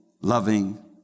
loving